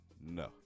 No